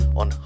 on